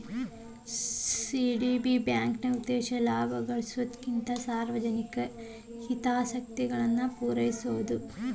CDB ಬ್ಯಾಂಕ್ನ ಉದ್ದೇಶ ಲಾಭ ಗಳಿಸೊದಕ್ಕಿಂತ ಸಾರ್ವಜನಿಕ ಹಿತಾಸಕ್ತಿಗಳನ್ನ ಪೂರೈಸೊದು